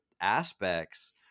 aspects